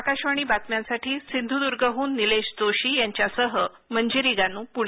आकाशवाणी बातम्यांसाठी सिंधुदुर्गहून निलेश जोशी यांच्यासह मंजिरी गान् पुणे